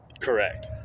Correct